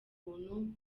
buntu